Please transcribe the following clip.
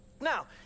Now